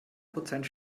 prozent